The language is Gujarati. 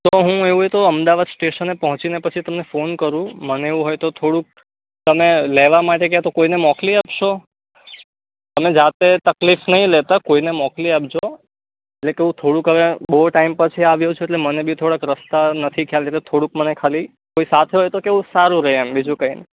તો હું એવું હોય તો અમદાવાદ સ્ટેશને પહોંચીને પછી તમને ફોન કરું મને એવું હોય તો થોડું તમે લેવા માટે ક્યાં તો કોઈને મોકલી આપશો તમે જાતે તકલીફ નહીં લેતા કોઈને મોકલી આપજો એટલે કે હું થોડુંક હવે બહુ ટાઈમ પછી આવ્યો છું એટલે મને થોડાક રસ્તા નથી ખ્યાલ છે એટલે થોડુંક મને ખાલી કોઈ સાથે હોય તો કેવું સારું રહે એમ બીજું કંઈ નહીં